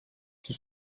qui